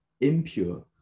impure